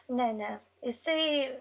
ne ne jisai